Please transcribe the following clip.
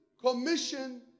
commission